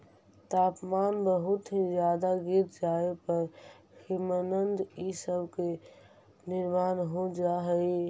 तापमान बहुत ही ज्यादा गिर जाए पर हिमनद इ सब के निर्माण हो जा हई